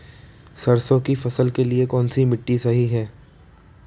सरसों की फसल के लिए कौनसी मिट्टी सही हैं?